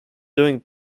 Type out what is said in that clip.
doing